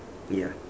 ya